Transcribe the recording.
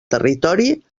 territori